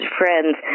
friends